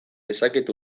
dezaket